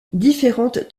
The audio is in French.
différentes